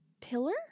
pillar